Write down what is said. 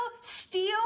steal